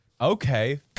Okay